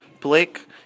Blake